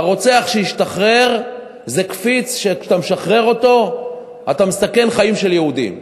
הרוצח שהשתחרר זה קפיץ שכשאתה משחרר אותו אתה מסכן חיים של יהודים.